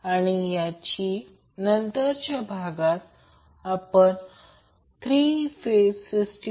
तर त्याचप्रमाणे VAN Ia Zy VL √ 3 angle 30 o Vp √3 angle 30o असेल